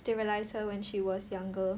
sterilise her when she was younger